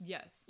Yes